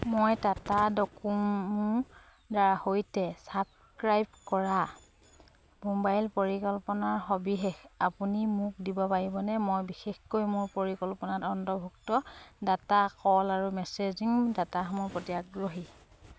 মই টাটা ডকোমোৰ সৈতে চাবস্ক্ৰাইব কৰা মোবাইল পৰিকল্পনাৰ সবিশেষ আপুনি মোক দিব পাৰিবনে মই বিশেষকৈ মোৰ পৰিকল্পনাত অন্তৰ্ভুক্ত ডাটা কল আৰু মেচেজিং ডাটাসমূহৰ প্ৰতি আগ্ৰহী